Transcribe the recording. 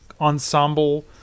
ensemble